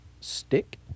stick